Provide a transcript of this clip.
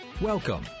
Welcome